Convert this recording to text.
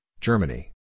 Germany